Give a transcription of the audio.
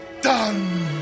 Done